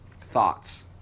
Thoughts